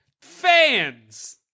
Fans